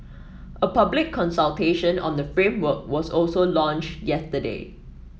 a public consultation on the framework was also launched yesterday